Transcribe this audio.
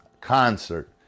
concert